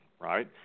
right